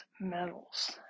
metals